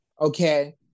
Okay